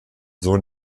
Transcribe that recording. sohn